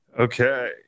okay